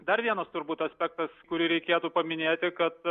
dar vienas turbūt aspektas kurį reikėtų paminėti kad